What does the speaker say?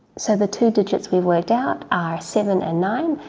so the two digits we worked out are seven and nine,